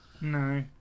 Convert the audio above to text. No